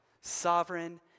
sovereign